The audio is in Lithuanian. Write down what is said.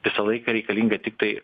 visą laiką reikalinga tiktai